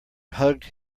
hugged